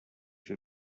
viel